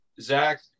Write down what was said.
zach